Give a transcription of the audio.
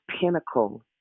pinnacle